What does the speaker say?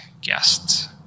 guests